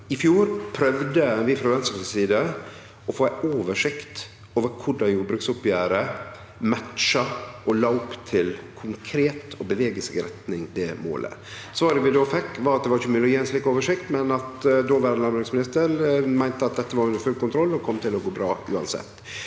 I fjor prøvde vi frå Venstres side å få ei oversikt over korleis jordbruksoppgjeret matcha og la opp til konkret å bevege seg i retning av det målet. Svaret vi då fekk, var at det ikkje var mogleg å gje ei slik oversikt, men at dåverande landbruksminister meinte at dette var under full kontroll og kom til å gå bra uansett.